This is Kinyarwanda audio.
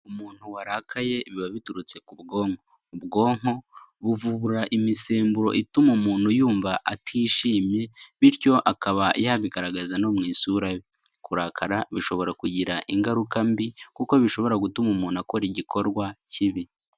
Umuntu warakaye biba biturutse ku bwonko, ubwonko buvubura imisemburo ituma umuntu yumva atishimye bityo akaba yabigaragaza no mu isura ye, kurakara bishobora kugira ingaruka mbi kuko bishobora gutuma umuntu akora igikorwa kibi.